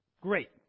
Great